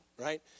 right